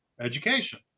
education